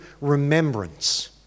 remembrance